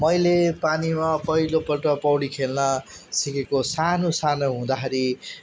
मैले पानीमा पहिलो पल्ट पौडी खेल्न सिकेको सानो सानो हुँदाखेरि